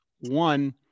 One